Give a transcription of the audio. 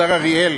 השר אריאל,